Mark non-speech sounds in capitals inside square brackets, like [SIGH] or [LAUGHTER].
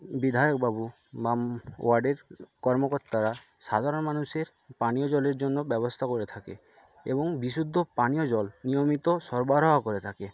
বিধায়কবাবু [UNINTELLIGIBLE] ওয়ার্ডের কর্মকর্তারা সাধারণ মানুষের পানীয় জলের জন্য ব্যবস্থা করে থাকে এবং বিশুদ্ধ পানীয় জল নিয়মিত সরবরাহ করে থাকে